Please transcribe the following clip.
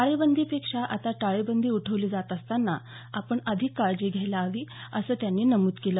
टाळेबंदीपेक्षा आता टाळेबंदी उठवली जात असताना आपण अधिक काळजी घ्यायला हवी असं त्यांनी यावेळी नमुद केलं